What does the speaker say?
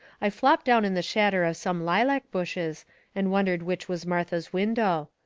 i flopped down in the shadder of some lilac bushes and wondered which was martha's window.